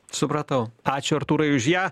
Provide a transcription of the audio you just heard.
supratau ačiū artūrai už ją